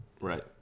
Right